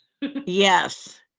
Yes